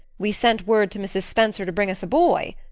we sent word to mrs. spencer to bring us a boy.